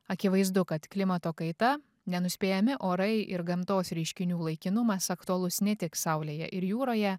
akivaizdu kad klimato kaita nenuspėjami orai ir gamtos reiškinių laikinumas aktualus ne tik saulėje ir jūroje